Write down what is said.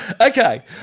Okay